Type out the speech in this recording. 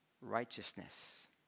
righteousness